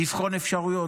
לבחון אפשרויות,